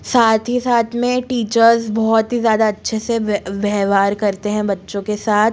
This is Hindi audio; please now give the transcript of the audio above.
साथ ही साथ में टीचर्स बहुत ही ज़्यादा अच्छे से व्यवहार करते हैं बच्चों के साथ